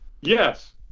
yes